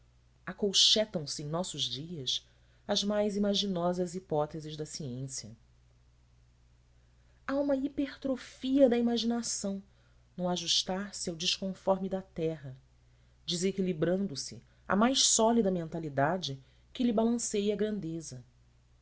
em nossos dias às mais imaginosas hipóteses da ciência há uma hipertrofia da imaginação no ajustar se ao desconforme da terra desequilibrando se a mais sólida mentalidade que lhe balanceie a grandeza